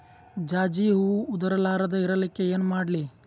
ಜಾಜಿ ಹೂವ ಉದರ್ ಲಾರದ ಇರಲಿಕ್ಕಿ ಏನ ಮಾಡ್ಲಿ?